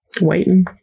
Waiting